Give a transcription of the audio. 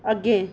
अग्गें